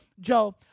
Joe